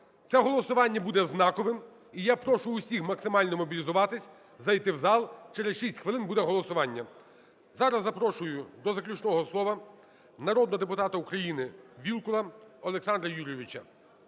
Це голосування буде знаковим. І я прошу всіх максимально мобілізуватись, зайти в зал, через 6 хвилин буде голосування. Зараз запрошую до заключного слова народного депутата України Вілкула Олександра Юрійовича